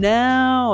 now